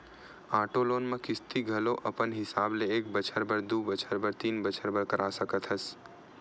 auto loan म किस्ती घलो अपन हिसाब ले एक बछर बर, दू बछर बर, तीन बछर बर करा सकत हस